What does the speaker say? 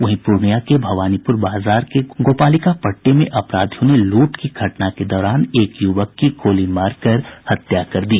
वहीं पूर्णियां के भवानीपुर बाजार के गोपालिकापट्टी में अपराधियों ने लूट की घटना के दौरान एक युवक की गोली मारकर हत्या कर दी